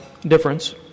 difference